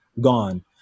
gone